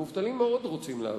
המובטלים מאוד רוצים לעבוד.